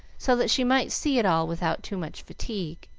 so that she might see it all without too much fatigue.